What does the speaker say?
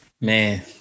Man